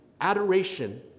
adoration